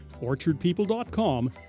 orchardpeople.com